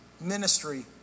ministry